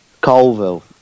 Colville